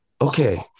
okay